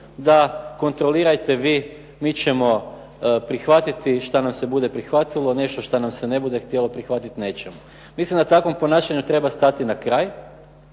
da kontrolirajte vi. Mi ćemo prihvatiti šta nam se bude prihvatilo, nešto šta nam se ne bude htjelo prihvatiti neće. Mislim da takvom ponašanju treba stati na kraj